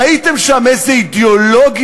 ראיתם שם איזו אידיאולוגיה?